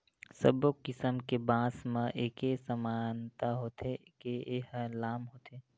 सब्बो किसम के बांस म एके समानता होथे के ए ह लाम होथे